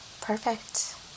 perfect